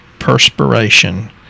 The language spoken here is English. perspiration